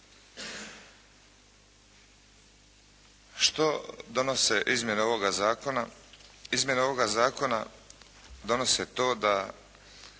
Što donose izmjene ovoga zakona? Izmjene ovoga zakona donose to da